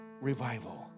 revival